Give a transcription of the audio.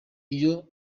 iyo